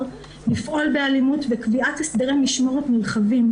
לפעול באלימות וקביעת הסדרי משמורת נרחבים.